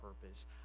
purpose